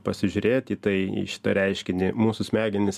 pasižiūrėt į tai į šitą reiškinį mūsų smegenys